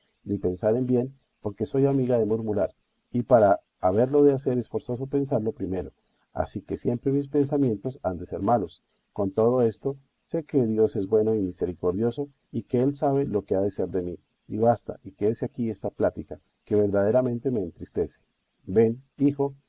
ni pensar en bien porque soy amiga de murmurar y para haberlo de hacer es forzoso pensarlo primero así que siempre mis pensamientos han de ser malos con todo esto sé que dios es bueno y misericordioso y que él sabe lo que ha de ser de mí y basta y quédese aquí esta plática que verdaderamente me entristece ven hijo